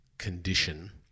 condition